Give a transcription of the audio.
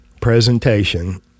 presentation